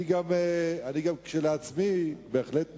אני גם, כשלעצמי, בהחלט מציע,